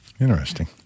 Interesting